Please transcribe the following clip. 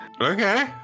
okay